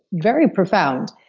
very profound.